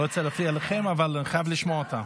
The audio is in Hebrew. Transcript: אני לא רוצה להפריע לכם, אבל אני חייב לשמוע אותה.